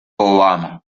obama